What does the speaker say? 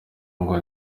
ngo